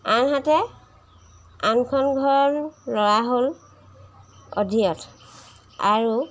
আনহাতে আনখন ঘৰ ল'ৰা হ'ল অধিয়ত আৰু